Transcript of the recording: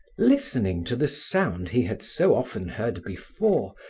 listening to the sound he had so often heard before,